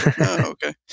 Okay